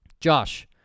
Josh